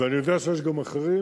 ואני יודע שיש גם אחרים,